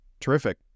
terrific